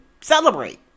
celebrate